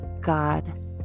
God